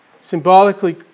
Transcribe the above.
symbolically